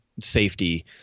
safety